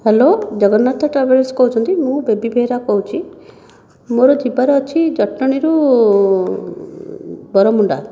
hello Jagannath travellers କହୁଛନ୍ତି ମୁଁ ବେବି ବେହେରା କହୁଛି ମୋର ଯିବାର ଅଛି ଜଟଣୀରୁ ବରମୁଣ୍ଡା